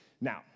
Now